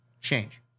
Change